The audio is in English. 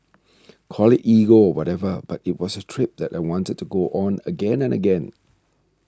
call it ego or whatever but it was a trip that I wanted to go on again and again